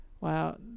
Wow